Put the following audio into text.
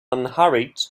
unhurried